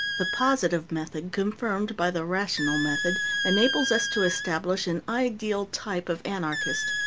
the positive method confirmed by the rational method enables us to establish an ideal type of anarchist,